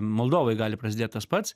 moldovoj gali prasidėt tas pats